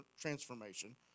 transformation